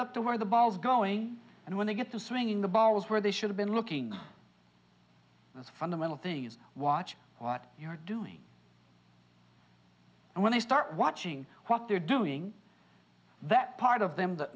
look to where the ball is going and when they get to swinging the ball is where they should have been looking the fundamental thing is watch what you're doing and when they start watching what they're doing that part of them that